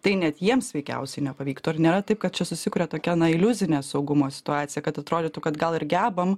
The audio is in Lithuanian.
tai net jiems veikiausiai nepavyktų ar nėra taip kad čia susikuria tokia na iliuzinė saugumo situacija kad atrodytų kad gal ir gebam